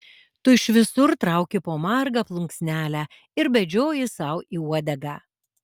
tu iš visur trauki po margą plunksnelę ir bedžioji sau į uodegą